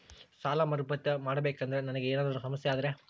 ಸಾಲ ಮರುಪಾವತಿ ಮಾಡಬೇಕಂದ್ರ ನನಗೆ ಏನಾದರೂ ಸಮಸ್ಯೆ ಆದರೆ?